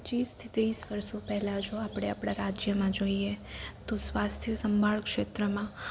પચ્ચીસથી ત્રીસ વર્ષો પહેલાં જો આપણે આપણા રાજ્યમાં જોઈએ તો સ્વાસ્થ્ય સંભાળ ક્ષેત્રમાં